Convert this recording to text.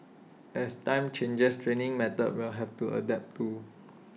as times change training methods will have to adapt too